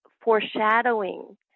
foreshadowing